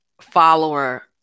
follower